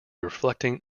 reflecting